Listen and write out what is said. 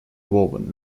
woven